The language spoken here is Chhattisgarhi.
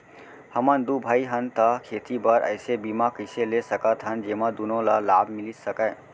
हमन दू भाई हन ता खेती बर ऐसे बीमा कइसे ले सकत हन जेमा दूनो ला लाभ मिलिस सकए?